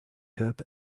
cup